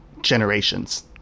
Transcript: generations